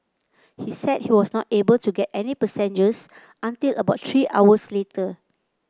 he said he was not able to get any passengers until about three hours later